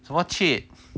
什么 cheat